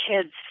kids